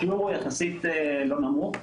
השיעור הוא יחסית לא נמוך,